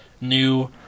new